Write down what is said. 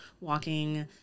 walking